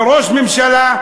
וראש הממשלה,